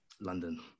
london